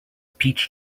peach